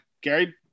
Gary